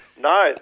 No